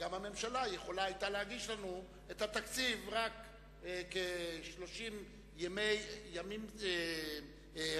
הממשלה היתה יכולה להגיש לנו את התקציב ל-30 ימים כרונולוגיים,